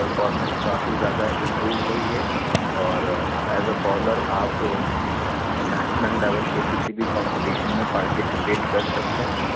performance کافی زیادہ improve ہوئی ہے اور ایز اے بالر آپ نیشنل لیول کے کسی بھی کمپٹیشن میں پارٹیسپیٹ کر سکتے ہیں